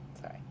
sorry